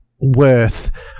worth